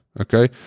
okay